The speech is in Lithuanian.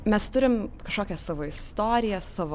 mes turim kažkokią savo istoriją savo